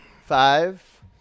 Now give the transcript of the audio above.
Five